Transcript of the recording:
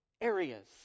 areas